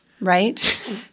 right